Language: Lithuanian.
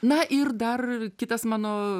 na ir dar kitas mano